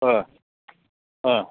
अँ अँ